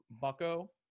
Bucko